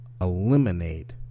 eliminate